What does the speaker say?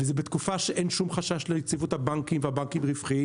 וזה בתקופה שאין שום חשש ליציבות הבנקים והבנקים רווחיים